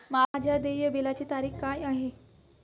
माझ्या देय बिलाची देय तारीख काय आहे?